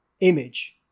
image